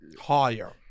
Higher